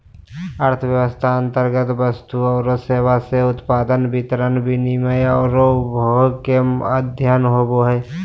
अर्थशास्त्र अन्तर्गत वस्तु औरो सेवा के उत्पादन, वितरण, विनिमय औरो उपभोग के अध्ययन होवो हइ